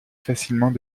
facilement